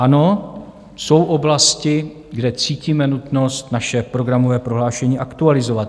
Ano, jsou oblasti, kde cítíme nutnost naše programové prohlášení aktualizovat.